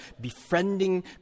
befriending